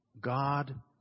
God